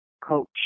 coach